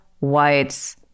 whites